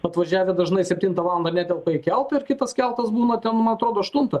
atvažiavę dažnai septintą valandą netelpa į keltą ir kitas keltas būna ten man atrodo aštuntą